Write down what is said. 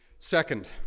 Second